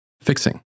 Fixing